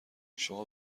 شما